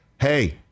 hey